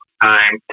time